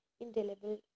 indelible